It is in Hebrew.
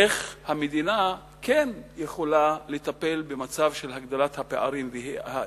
איך המדינה כן יכולה לטפל במצב של הגדלת הפערים והאי-שוויון,